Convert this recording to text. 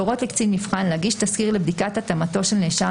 להורות לקצין מבחן להגיש תסקיר לבדיקת התאמתו של נאשם